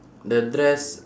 the dress